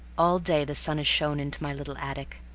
all day the sun has shone into my little attic,